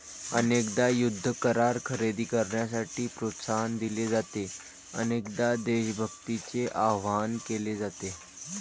अनेकदा युद्ध करार खरेदी करण्यासाठी प्रोत्साहन दिले जाते, अनेकदा देशभक्तीचे आवाहन केले जाते